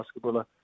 basketballer